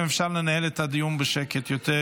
אם אפשר לנהל את הדיון בשקט יותר,